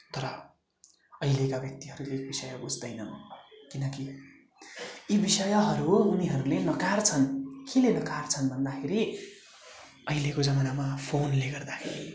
तर अहिलेका व्यक्तिहरूले विषयहरू बुझ्दैनन् किनकि यी विषयहरू उनीहरूले नकार्छन् किन नकार्छन् भन्दाखेरि अहिलेको जमानामा फोनले गर्दाखेरि